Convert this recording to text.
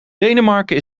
denemarken